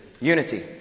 Unity